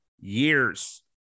years